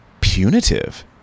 punitive